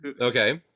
Okay